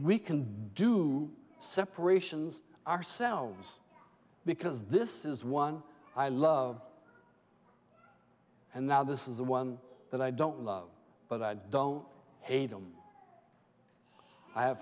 we can do separations ourselves because this is one i love and now this is the one that i don't love but i don't hate him i have